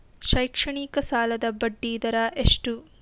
ಶೈಕ್ಷಣಿಕ ಸಾಲದ ಬಡ್ಡಿ ದರ ಎಷ್ಟು?